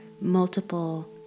multiple